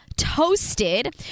toasted